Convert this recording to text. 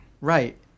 right